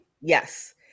yes